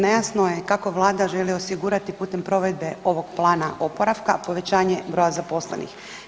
Nejasno je kako Vlada želi osigurati putem provedbe ovog plana oporavka povećanja broj zaposlenih.